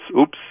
oops